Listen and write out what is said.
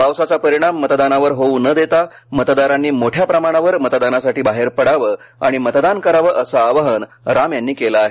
पावसाचा परिणाम मतदानावर होऊ न देता मतदारांनी मोठ्या प्रमाणावर मतदानासाठी बाहेर पडावं आणि मतदान करावं असं आवाहन राम यांनी केलं आहे